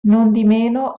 nondimeno